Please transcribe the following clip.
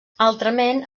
altrament